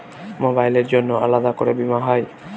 মোবাইলের জন্য আলাদা করে বীমা হয়?